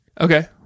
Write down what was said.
Okay